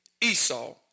Esau